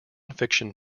fiction